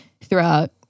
throughout